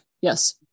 Yes